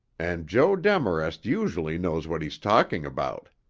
and joe demarest usually knows what he's talking about.